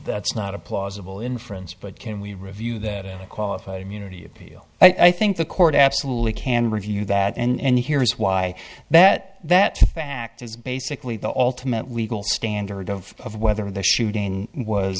that's not a plausible inference but can we review that in a qualified immunity appeal i think the court absolutely can review that and here is why that that fact is basically the ultimate legal standard of whether the shooting was